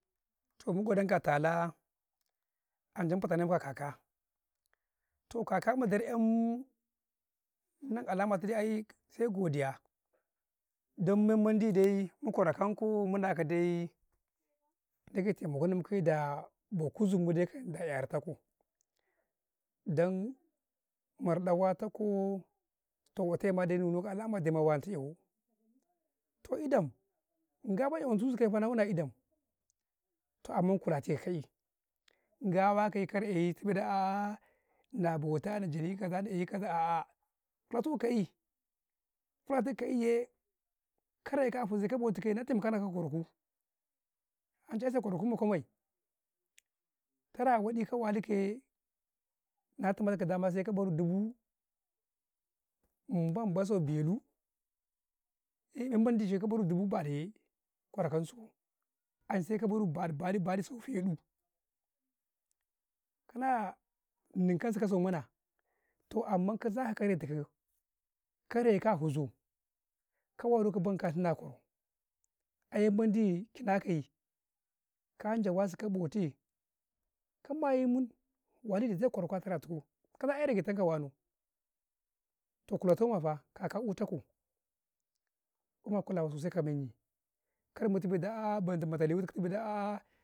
﻿Toh man go dan kan ka kalaa, ancai mu fata nen kau a ka'ka, toh ka'ka ma dar 'yam Nnan a lama ta ai sai godiya, don men mendi day mu kwara-kwanko, muna ka dai dage te ma ko ku, ɗaa bo kuzum wadin kam da'ya rata kau, dan mar ɗau wata kaw, toh wate ma dai nunu kau na wanta ;ye wau, toh idan, ga ban tu ya wanta kasu fa na yuka yawau, na wuna idam, amman toh kule reta ka kai gawa kaye kae eh yi da a;ah na bauta na jani kaza nay kaza a'ah bautu ka'i waya tu kau ka'i yee, ka resu kau a fizau, ka bauti ka yee, na tai maka na kau a kwaraku, ancai a' say kwaraku ma kwame, tara waɗi ka luka yee, nata matu ka sai ma ka burau dubu, umba ნ ba ნ sau beluu, eh men di jo ka baru dubu ba ɗu yee, kwara kan ku ai, sai ka baru ba ნu ,ba ნu, ba ნu, sai fe ნuu, ka na nin kan suka sau manaa, toh amman ka zata kare tu kau, kare reka a huzoo, ka waru ben ka tuna koh, aye mendi, ki ɗa kaye, kan jawa si ka bauti, ka mayi munwali ge tara tuku, kan ga ai rege tu ko wa nau, toh kula to mafa ka' ita kau, ma kula sosai ka menyi, kar mutu mai da a'aah banda kwautu kau da a'aah.